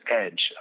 edge